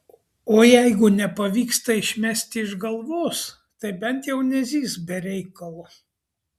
o jeigu nepavyksta išmesti iš galvos tai bent jau nezyzk be reikalo